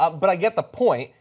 um but i get the point.